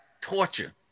torture